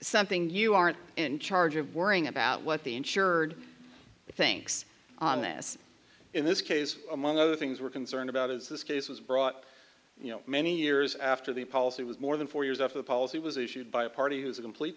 something you aren't in charge of worrying about what the insured thinks on this in this case among other things we're concerned about is this case was brought many years after the policy was more than four years after the policy was issued by a party who is a complete